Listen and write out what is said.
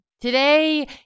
Today